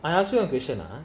I ask you a question ah